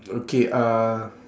okay uh